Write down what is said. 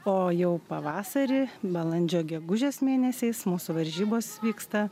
o jau pavasarį balandžio gegužės mėnesiais mūsų varžybos vyksta